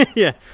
yeah,